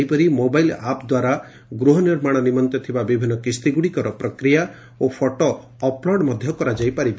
ସେହିପରି mobile app ଦ୍ୱାରା ଗୃହ ନିର୍ମାଣ ନିମନ୍ତେ ଥିବା ବିଭିନ୍ନ କିସ୍ତିଗୁଡ଼ିକର ପ୍ରକ୍ରିୟା ଓ ଫଟୋ ଅପ୍ଲୋଡ କରାଯାଇ ପାରିବ